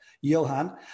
Johan